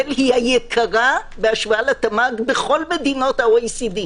היא היקרה בהשוואה לתמ"ג בכל מדינות ה-OECD.